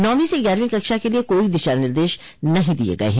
नौवीं से ग्यारहवीं कक्षा के लिए कोई दिशा निर्देश नहीं दिए गए हैं